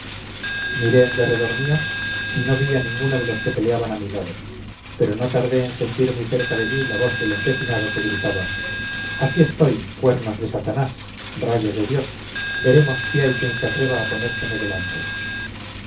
mío y no vi a ninguno de los que peleaban a mi lado pero no tardé en sentir muy cerca de mí la voz del empecinado que gritaba aquí estoy cuernos de satanás rayo de dios veremos si hay quien se atreva a ponérseme delante